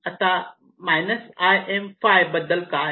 आता imφ बद्दल काय